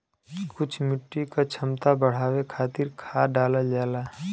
कुछ मिट्टी क क्षमता बढ़ावे खातिर खाद डालल जाला